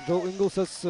džau ingelsas